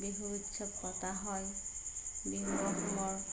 বিহু উৎসৱ পতা হয় বিহু অসমৰ